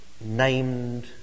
named